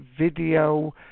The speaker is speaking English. Video